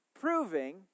proving